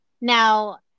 Now